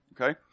Okay